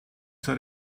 zur